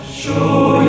show